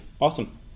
awesome